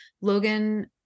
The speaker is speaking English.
Logan